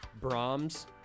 Brahms